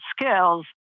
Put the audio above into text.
skills